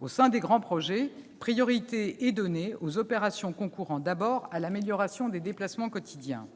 Au sein des grands projets, priorité est donnée aux opérations concourant d'abord à l'amélioration des déplacements du quotidien.